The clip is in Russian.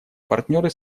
партнеры